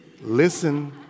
listen